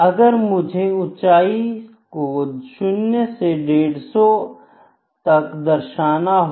अगर मुझे ऊंचाई को 0 से 150 तक दर्शाना हो